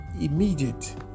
immediate